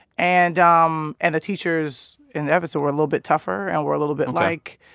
and um and the teachers in evanston were a little bit tougher and were a little bit like.